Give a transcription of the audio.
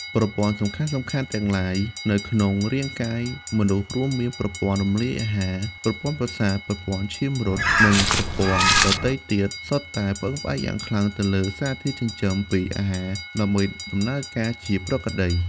ប្រព័ន្ធសំខាន់ៗទាំងឡាយនៅក្នុងរាងកាយមនុស្ស រួមមាន ប្រព័ន្ធរំលាយអាហារ ប្រព័ន្ធប្រសាទ ប្រព័ន្ធឈាមរត់ និងប្រព័ន្ធដទៃទៀត សុទ្ធតែ ពឹងផ្អែកយ៉ាងខ្លាំងលើសារធាតុចិញ្ចឹមពីអាហារ ដើម្បីដំណើរការជាប្រក្រតី។